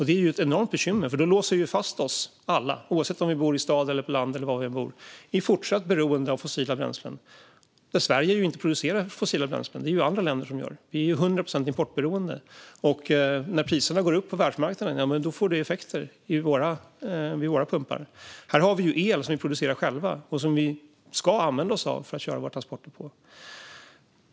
Det vore ett enormt bekymmer, för då skulle vi ju låsa fast oss alla i fortsatt beroende av fossila bränslen, oavsett var vi bor, i staden eller på landet. Sverige producerar inte fossila bränslen. Det är andra länder som gör det. Vi är till 100 procent importberoende. När priserna går upp på världsmarknaden får det effekter vid våra pumpar. Men vi har el som vi producerar själva och som vi ska använda oss av för att köra våra transporter.